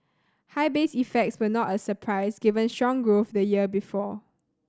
high base effects were not a surprise given strong growth the year before